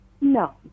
No